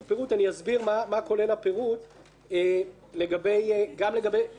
אסביר מה כולל הפירוט גם לגבי החטיבה